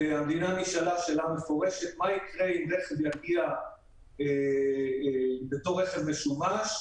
המדינה נשאלה בדיון שאלה מפורשת מה יקרה אם רכב יגיע בתור רכב משומש,